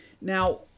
Now